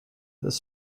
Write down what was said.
this